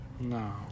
No